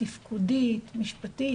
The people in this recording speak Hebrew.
תפקודית משפטית,